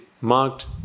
marked